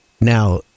Now